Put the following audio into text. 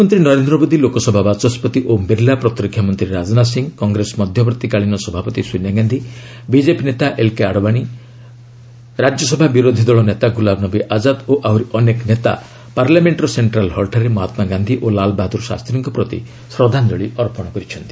ପ୍ରଧାନମନ୍ତ୍ରୀ ନରେନ୍ଦ୍ର ମୋଦି ଲୋକସଭା ବାଚସ୍କତି ଓମ୍ ବିର୍ଲା ପ୍ରତିରକ୍ଷା ମନ୍ତ୍ରୀ ରାଜନାଥ ସିଂହ କଂଗ୍ରେସ ମଧ୍ୟବର୍ତ୍ତୀକାଳୀନ ସଭାପତି ସୋନିଆ ଗାନ୍ଧି ବିକେପି ନେତା ଏଲ୍କେ ଆଡ଼ବାନୀ ରାଜସଭା ବିରୋଧୀ ଦଳ ନେତା ଗୁଲାମ୍ ନବୀ ଆଜାଦ୍ ଓ ଆହୁରି ଅନେକ ନେତା ପାର୍ଲାମେଣ୍ଟ୍ର ସେକ୍ଷ୍ଟ୍ରାଲ୍ ହଲ୍ଠାରେ ମହାତ୍ମାଗାନ୍ଧି ଓ ଲାଲ୍ ବାହାଦୁର ଶାସ୍ତ୍ରୀଙ୍କ ପ୍ରତି ଶ୍ରଦ୍ଧାଞ୍ଜଳି ଅର୍ପଣ କରିଛନ୍ତି